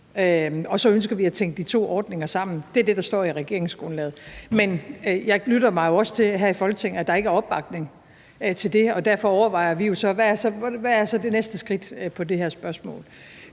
og så ønsker vi at tænke de to ordninger sammen. Det er det, der står i regeringsgrundlaget. Men jeg lytter jeg mig jo også til her i Folketinget, at der ikke er opbakning til det, og derfor overvejer vi så, hvad det næste skridt er i forbindelse